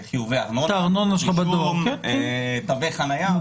חיובי ארנונה או תווי חנייה -- כן,